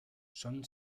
son